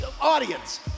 audience